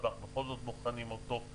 ואנחנו בכל זאת בוחנים אותו.